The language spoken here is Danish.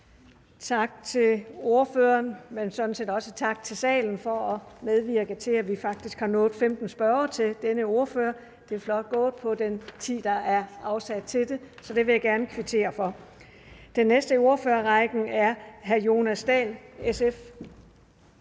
Tak til ordføreren og sådan set også til salen for at medvirke til, at vi faktisk har nået 15 spørgere. Det er flot gået set i lyset af den tid, der er afsat til det, så det vil jeg gerne kvittere for. Den næste i ordførerrækken er hr. Jonas Dahl fra